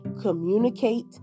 communicate